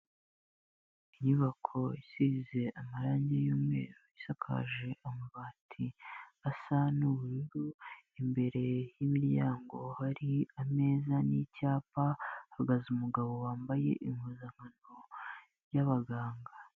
Inyubako isize amarange y'umweru, isakaje amabati asa n'ubururu, imbere y'imiryango hari ameza n'icyapa, hahagaze umugabo wambaye impuzankano, y'abaganga.